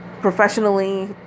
professionally